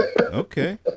Okay